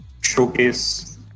showcase